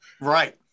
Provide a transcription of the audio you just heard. Right